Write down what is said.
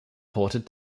ported